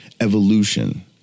evolution